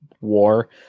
war